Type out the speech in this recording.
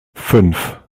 fünf